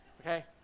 Okay